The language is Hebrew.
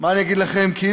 יואל חסון, בבקשה, אדוני.